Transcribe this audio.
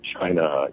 China